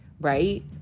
right